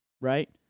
right